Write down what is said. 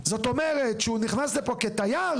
זאת אומרת שהוא נכנס לפה כתייר,